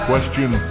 Question